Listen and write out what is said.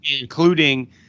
including